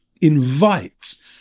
invites